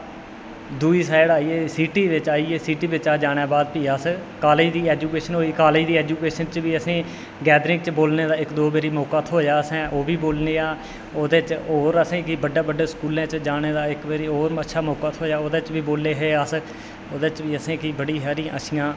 दुई साईड आई गे सीटी बिच्च आई गे सीटी बिच्चा दा जाने बाद अस कालेज़ दी एजुकेशन होई कालेज़ दी एजुकेशन च असें गैदरिंग च बोलने दा इक दो बारी मौका थ्होआ उत्थै ओह् बी बोलेआ ओह्दे च होर असेंगी बड्डे बड्डे स्कूलें च जाने दा इक बारी होर अच्छी मौका थ्होआ ओह्दे च बी बोले हे अस ओह्दे च बी असेंगी बड़ी सारी अच्छियां